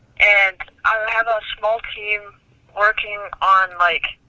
and i have a small team working on like.